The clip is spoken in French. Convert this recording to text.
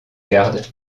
garde